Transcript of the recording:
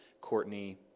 Courtney